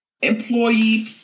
employee